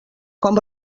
com